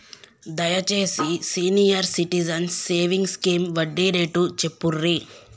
దయచేసి senior citizens savings scheme వడ్డీ rate చెప్పుర్రి